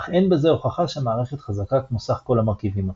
אך אין בזה הוכחה שהמערכת חזקה כמו סך כל המרכיבים אותה.